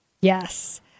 Yes